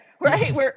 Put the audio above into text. right